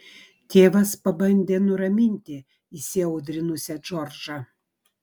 tėvas pabandė nuraminti įsiaudrinusią džordžą